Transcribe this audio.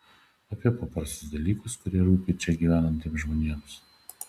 apie paprastus dalykus kurie rūpi čia gyvenantiems žmonėms